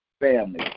family